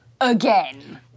again